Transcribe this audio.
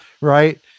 right